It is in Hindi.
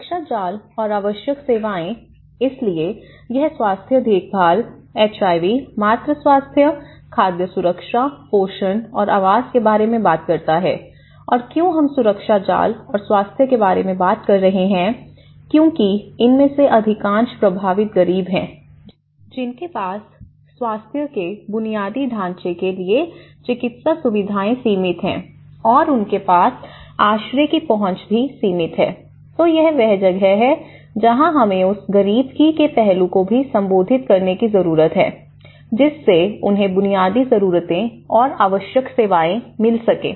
सुरक्षा जाल और आवश्यक सेवाएं इसलिए यह स्वास्थ्य देखभाल एचआईवी मातृ स्वास्थ्य खाद्य सुरक्षा पोषण और आवास के बारे में बात करता हैं और क्यों हम सुरक्षा जाल और स्वास्थ्य के बारे में बात कर रहे हैं क्योंकि इनमें से अधिकांश प्रभावित गरीब हैं जिनके पास स्वास्थ्य के बुनियादी ढांचे के लिए चिकित्सा सुविधाएं सीमित है और उनके पास आश्रय की पहुंच भी सीमित है तो यह वह जगह है जहां हमें उस गरीबी के पहलू को भी संबोधित करने की जरूरत है जिससे उन्हें बुनियादी जरूरतें और आवश्यक सेवाएं मिल सकें